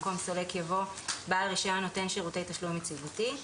במקום "סולק" יבוא "בעל רישיון נותן שירותי תשלום יציבותי".